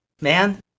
man